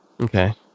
Okay